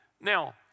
Now